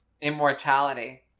Immortality